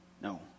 No